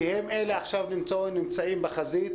כי הם אלה שנמצאים עכשיו בחזית.